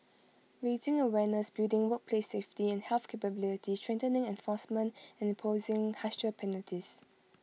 raising awareness building workplace safety and health capability strengthening enforcement and imposing harsher penalties